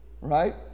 right